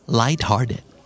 light-hearted